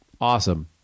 awesome